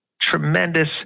tremendous